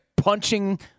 punching